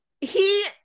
he-